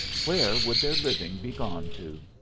where would their living be gone to?